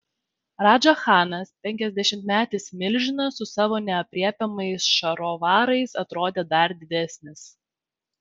radža chanas penkiasdešimtmetis milžinas su savo neaprėpiamais šarovarais atrodė dar didesnis